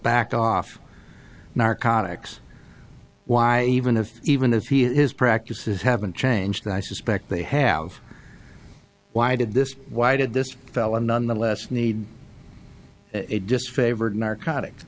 back off narcotics why even if even if he is practices haven't changed and i suspect they have why did this why did this fella nonetheless need disfavored narcotics